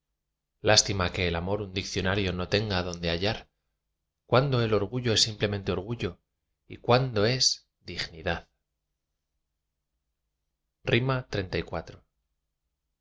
lástima que el amor un diccionario no tenga donde hallar cuándo el orgullo es simplemente orgullo y cuándo es dignidad xxxiv cruza callada y